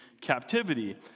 captivity